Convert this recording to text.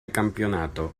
campeonato